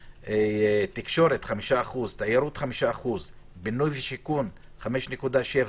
תקשורת 5%, תיירות 5%, בינוי ושיכון 5.7%,